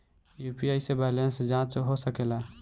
UPI से balance जाँच हो सके ला?